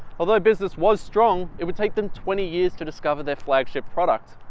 although business was strong it would take them twenty years to discover their flagship product.